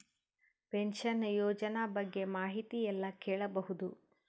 Pension ಯೋಜನ ಬಗ್ಗೆ ಮಾಹಿತಿ ಎಲ್ಲ ಕೇಳಬಹುದು?